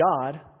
God